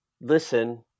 listen